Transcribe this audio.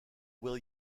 will